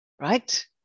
right